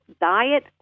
diet